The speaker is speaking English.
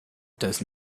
does